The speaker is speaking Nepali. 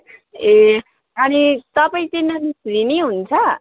ए अनि तपाईँ चाहिँ अनि फ्री नै हुनुहुन्छ